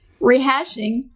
rehashing